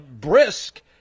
brisk